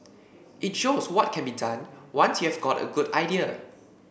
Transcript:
it shows what can be done once you've got a good idea